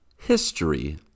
History